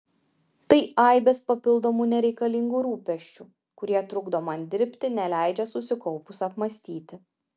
tai aibės papildomų nereikalingų rūpesčių kurie trukdo man dirbti neleidžia susikaupus apmąstyti